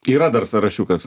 yra dar sąrašiukas